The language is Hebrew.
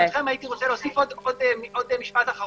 ברשותכם, הייתי רוצה להוסיף משפט אחרון.